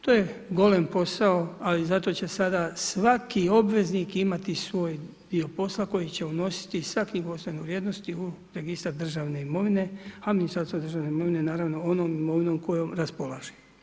To je golem posao, ali zato će sada svaki obveznik imati svoj dio posla koji će unositi sa knjigovodstvenom vrijednosti u registar državne imovine, a Ministarstvo državne imovine naravno onom imovinom kojom raspolaže.